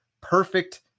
perfect